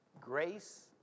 Grace